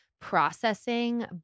processing